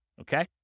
Okay